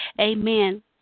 amen